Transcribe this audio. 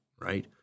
right